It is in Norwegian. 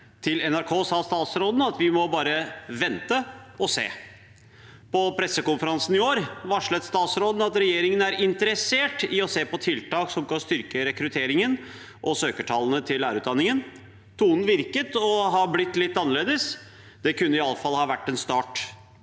NRK sa statsråden at vi bare må vente og se. På pressekonferansen i år varslet statsråden at regjeringen er interessert i å se på tiltak som kan styrke rekrutteringen og søkertallene til lærerutdanningen. Tonen virket å ha blitt litt annerledes. Det kunne iallfall ha vært en start,